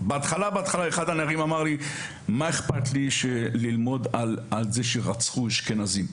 בהתחלה אחד הנערים אמר לי: מה אכפת לי ללמוד על זה שרצחו אשכנזים.